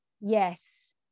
Yes